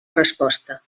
resposta